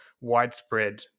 widespread